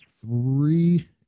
three